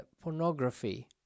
pornography